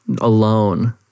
alone